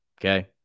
Okay